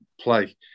play